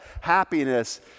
happiness